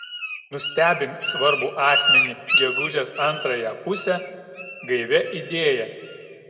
nustebink svarbų asmenį gegužės antrąją pusę gaivia idėja